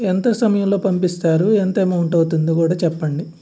ఎంత సమయంలో పంపిస్తారు ఎంత ఎమౌంట్ అవుతుందో కూడా చెప్పండి